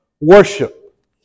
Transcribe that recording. worship